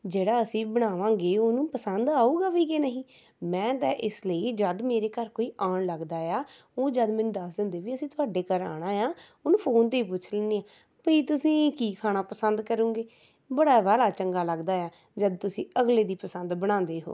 ਜਿਹੜਾ ਅਸੀਂ ਬਣਾਵਾਂਗੇ ਉਹਨੂੰ ਉਹ ਪਸੰਦ ਆਉਗਾ ਵੀ ਕਿ ਨਹੀਂ ਮੈਂ ਤਾਂ ਇਸ ਲਈ ਜਦ ਮੇਰੇ ਘਰ ਕੋਈ ਆਉਣ ਲੱਗਦਾ ਆ ਉਹ ਜਦ ਮੈਨੂੰ ਦੱਸ ਦਿੰਦੇ ਵੀ ਅਸੀਂ ਤੁਹਾਡੇ ਘਰ ਆਉਣਾ ਆ ਉਹਨੂੰ ਫ਼ੋਨ 'ਤੇ ਹੀ ਪੁੱਛ ਲੈਂਦੀ ਹਾਂ ਭਈ ਤੁਸੀਂ ਕੀ ਖਾਣਾ ਪਸੰਦ ਕਰੂੰਗੇ ਬੜਾ ਬਾਹਲਾ ਚੰਗਾ ਲੱਗਦਾ ਆ ਜਦ ਤੁਸੀਂ ਅਗਲੇ ਦੀ ਪਸੰਦ ਬਣਾਉਂਦੇ ਹੋ